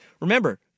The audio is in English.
Remember